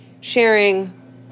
sharing